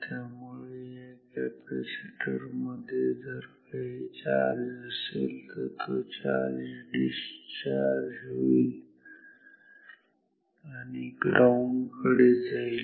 त्यामुळे या कॅपॅसिटर मध्ये जर काही चार्ज असेल तर तो डिस्चार्ज होईल आणि ग्राउंड कडे जाईल